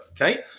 okay